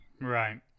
Right